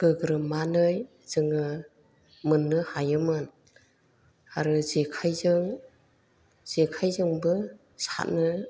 गोग्रोमनानै जोङो मोननो हायोमोन आरो जेखाइजों जेखाइजोंबो साथनो